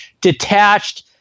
detached